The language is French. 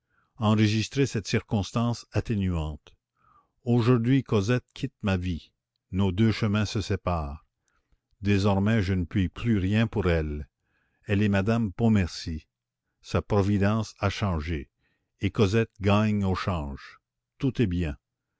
enregistrez cette circonstance atténuante aujourd'hui cosette quitte ma vie nos deux chemins se séparent désormais je ne puis plus rien pour elle elle est madame pontmercy sa providence a changé et cosette gagne au change tout est bien